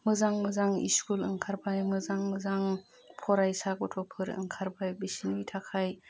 मोजां मोजां स्कुल ओंखारबाय मोजां मोजां फरायसा गथ'फोर ओंखारबाय बिसोरनि थाखाय